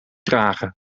dragen